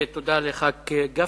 ותודה לחבר הכנסת גפני,